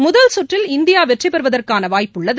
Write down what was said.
முதல்கற்றில் India வெற்றி பெறுவதற்கான வாய்ப்புள்ளது